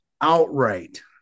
Outright